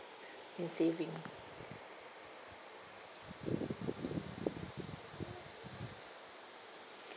in saving